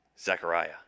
Zechariah